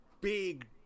big